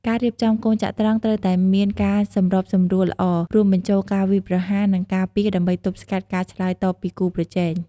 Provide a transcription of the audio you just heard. ការរៀបចំកូនចត្រង្គត្រូវតែមានការសម្របសម្រួលល្អ រួមបញ្ចូលការវាយប្រហារ និងការពារ ដើម្បីទប់ស្កាត់ការឆ្លើយតបពីគូប្រជែង។